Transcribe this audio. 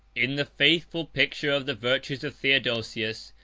in the faithful picture of the virtues of theodosius,